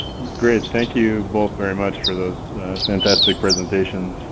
great. thank you both very much for those fantastic presentations.